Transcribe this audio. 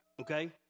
okay